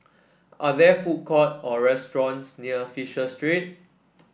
are there food courts or restaurants near Fisher Street